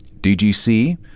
DGC